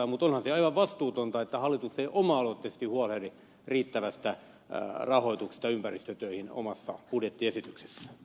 mutta onhan se aivan vastuutonta että hallitus ei oma aloitteisesti huolehdi riittävästä rahoituksesta ympäristötöihin omassa budjettiesityksessään